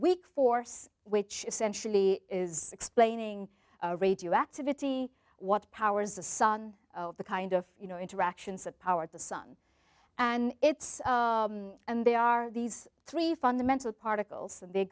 weak force which essentially is explaining radioactivity what powers the sun of the kind of you know interactions that powered the sun and it's and they are these three fundamental particles and they